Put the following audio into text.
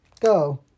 go